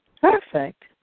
Perfect